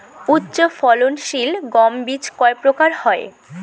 উচ্চ ফলন সিল গম বীজ কয় প্রকার হয়?